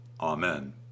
Amen